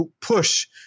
push